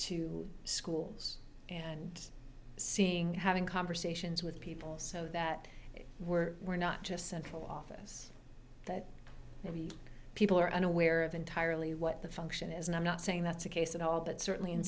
to schools and seeing having conversations with people so that we're we're not just central office that many people are unaware of entirely what the function is and i'm not saying that's the case at all but certainly in